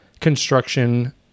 construction